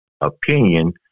opinion